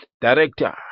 director